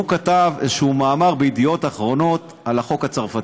הוא כתב איזשהו מאמר בידיעות אחרונות על החוק הצרפתי,